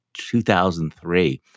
2003